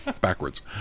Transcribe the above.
backwards